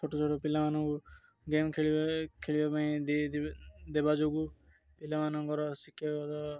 ଛୋଟ ଛୋଟ ପିଲାମାନଙ୍କୁ ଗେମ୍ ଖେଳିବା ଖେଳିବା ପାଇଁ ଦେବା ଯୋଗୁଁ ପିଲାମାନଙ୍କର ଶିକ୍ଷାଗତ